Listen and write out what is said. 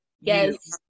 Yes